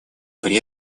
при